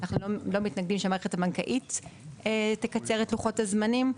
אנחנו לא מתנגדים שהמערכת הבנקאית תקצר את לוחות הזמנים.